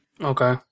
Okay